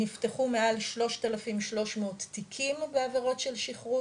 נפתחו מעל 3300 תיקים בעבירות של שכרות.